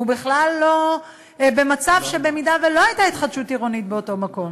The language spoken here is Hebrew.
זה בכלל לא במצב של במידה שלא הייתה התחדשות עירונית באותו מקום.